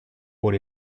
por